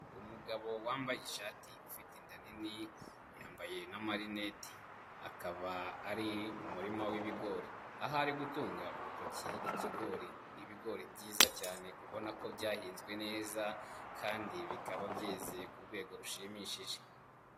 Umugabo wambaye ishati ufite inda nini, yambaye n'amarinete, akaba ari mu murima w'ibigori aho ari gutunga urutoki ikigori, ni ibigori byiza cyane ubona ko byahinzwe neza kandi bikaba byeze ku rwego rushimishije.